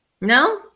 no